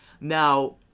Now